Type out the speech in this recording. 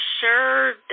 sure